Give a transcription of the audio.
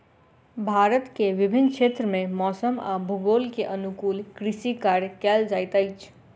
भारत के विभिन्न क्षेत्र में मौसम आ भूगोल के अनुकूल कृषि कार्य कयल जाइत अछि